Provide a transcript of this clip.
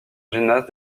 gymnase